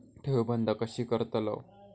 ठेव बंद कशी करतलव?